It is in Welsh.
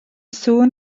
sŵn